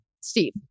Steve